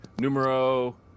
numero